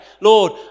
Lord